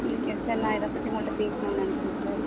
ம் yes sir நான் இதைப் பற்றி உங்களகிட்ட பேசணுன்னு நினச்சேன் சார்